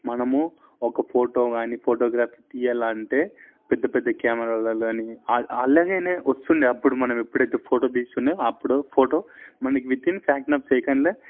మనము ఒక ఫోటో కానీ ఫోటోగ్రఫీ తీ య్యాలంటే పెద్దపెద్ద కెమెరాలలో కానీ అల అలాగనే వస్తుండే అప్పుడు మనం ఎప్పుడైతే ఫోటో తీస్తుండే అప్పుడు ఫోటో మనకి వితిన్ ఫ్యాక్షన్ ఆఫ్ సెకండ్లో